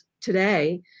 today